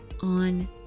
on